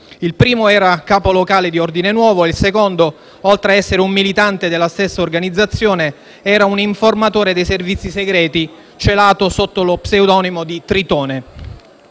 Il primo era capo locale di Ordine Nuovo e il secondo, oltre ad essere militante della stessa organizzazione, era un informatore dei servizi segreti, celato sotto lo pseudonimo Tritone.